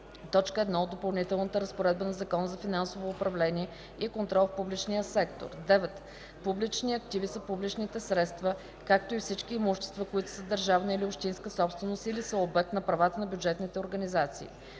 т. 1 от Допълнителната разпоредба на Закона за финансовото управление и контрол в публичния сектор. 9. „Публични активи” са публичните средства, както и всички имущества, които са държавна или общинска собственост, или са обект на права на бюджетни организации.